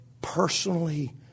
personally